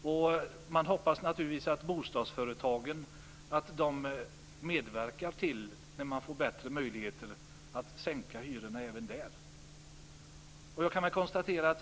Man får hoppas naturligtvis att bostadsföretagen medverkar till att det blir bättre möjligheter att sänka hyrorna även där.